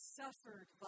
suffered